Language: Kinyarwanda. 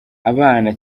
abana